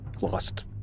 lost